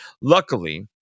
luckily